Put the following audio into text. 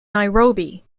nairobi